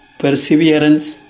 perseverance